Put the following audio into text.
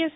yes